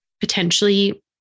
potentially